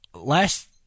Last